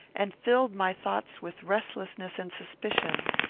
and filled my thoughts with restlessness and suspicion.